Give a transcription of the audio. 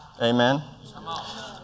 Amen